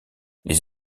les